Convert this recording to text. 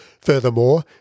Furthermore